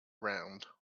round